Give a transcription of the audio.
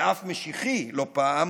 ואף משיחי לא פעם,